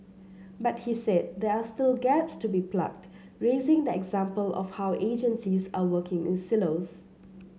but he said there are still gaps to be plugged raising the example of how agencies are working in silos